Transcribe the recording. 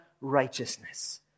righteousness